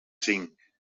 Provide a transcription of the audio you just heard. cinc